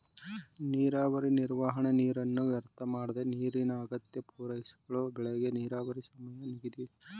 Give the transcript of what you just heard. ನೀರಾವರಿ ನಿರ್ವಹಣೆ ನೀರನ್ನ ವ್ಯರ್ಥಮಾಡ್ದೆ ನೀರಿನ ಅಗತ್ಯನ ಪೂರೈಸಳು ಬೆಳೆಗೆ ನೀರಾವರಿ ಸಮಯ ನಿಗದಿಸೋದು ಕ್ರಮ